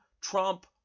Trump